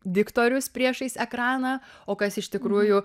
diktorius priešais ekraną o kas iš tikrųjų